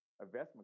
investment